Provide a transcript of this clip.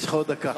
יש לך עוד דקה.